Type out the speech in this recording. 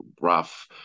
rough